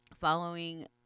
Following